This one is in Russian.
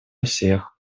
всех